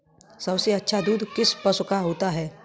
सबसे अच्छा दूध किस पशु का होता है?